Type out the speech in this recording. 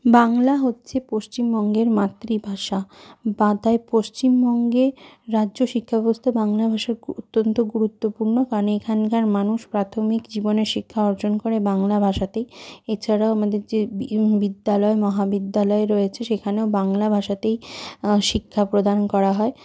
বাংলা হচ্ছে পশ্চিমবঙ্গের মাতৃভাষা বা তাই পশ্চিমবঙ্গের রাজ্য শিক্ষাব্যবস্থা বাংলা ভাষা অত্যন্ত গুরুত্বপূর্ণ মানে এখানকার মানুষ প্রাথমিক জীবনের শিক্ষা অর্জন করে বাংলা ভাষাতেই এছাড়াও আমাদের যে ইউনি বিদ্যালয় মহাবিদ্যালয় রয়েছে সেখানেও বাংলা ভাষাতেই শিক্ষা প্রদান করা হয়